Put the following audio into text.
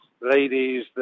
ladies